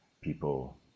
people